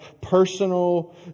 personal